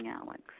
Alex